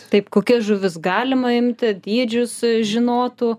taip kokias žuvis galima imti dydžius žinotų